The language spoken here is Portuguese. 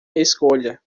escolha